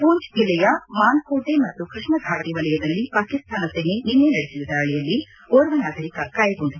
ಪೂಂಚ್ ಜಿಲ್ಲೆಯ ಮಾನ್ಕೋಟೆ ಮತ್ತು ಕೃಷ್ಣಘಾಟ ವಲಯದಲ್ಲಿ ಪಾಕಿಸ್ತಾನ ಸೇನೆ ನಿನ್ನೆ ನಡೆಸಿದ ದಾಳಿಯಲ್ಲಿ ಓರ್ವ ನಾಗರೀಕ ಗಾಯಗೊಂಡಿದ್ದರು